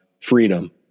freedom